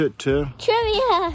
trivia